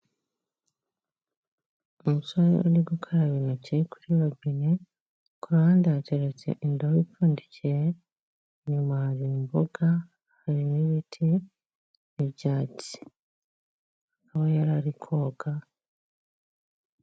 Umusore uri gukaraba intoki kuri robine. Ku ruhande yateretse indobo ipfundikiye, inyuma hari imboga, hari n'ibiti, n'ibyatsi. aho yarari koga...